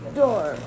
door